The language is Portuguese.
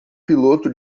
piloto